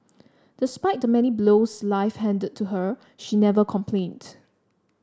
despite the many blows life handed to her she never complained